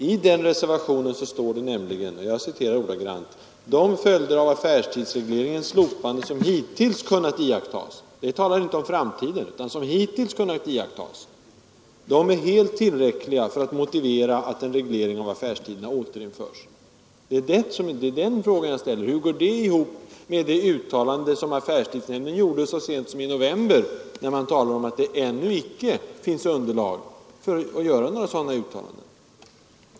I den reservationen står det nämligen att ”de följder av affärstidsregleringens slopande som hittills kunnat iakttas” — man talar alltså inte om framtiden utan om hittills iakttagna följder — ”är helt tillräckliga för att motivera att en reglering av affärstiderna återinförs”. Den fråga jag ställer är hur detta uttalande går ihop med affärstidsnämndens konstaterande så sent som i november, då man sade att det ännu icke finns underlag för att göra några sådana uttalanden.